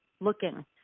looking